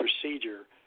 procedure